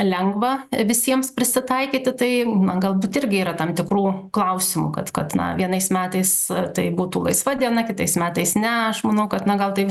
lengva visiems prisitaikyti tai galbūt irgi yra tam tikrų klausimų kad kad vienais metais ar tai būtų laisva diena kitais metais ne aš manau kad na gal tai